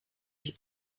sich